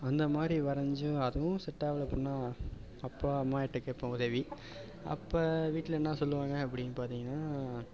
அந்த மாதிரி வரைஞ்சும் அதுவும் செட் ஆகல அப்படின்னா அப்பா அம்மாட்ட கேட்பேன் உதவி அப்போ வீட்டில் என்ன சொல்வாங்க அப்படின்னு பார்த்தீங்கன்னா